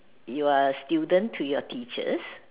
you're student to your teachers